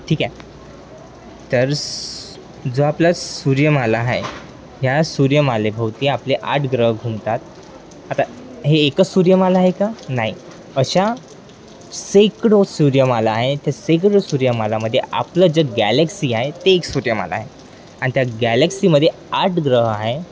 ठीक आहे तर स जो आपला सूर्यमाला आहे ह्या सूर्यमालेभोवती आपले आठ ग्रह घुमतात आता हे एकच सूर्यमाला आहे का नाही अशा शेकडो सूर्यमाला आहे त्या शेकडो सूर्यमालामध्ये आपलं जे गॅलेक्सी आहे ते एक सूर्यमाला आहे आणि त्या गॅलेक्सीमध्ये आठ ग्रह आहे